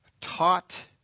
taught